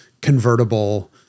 convertible